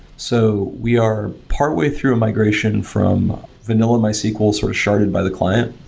so we are partway through a migration from vanilla mysql sort of sharded by the client,